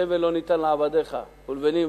תבן לא ניתן לעבדיך ולבנים